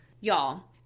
Y'all